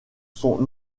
sont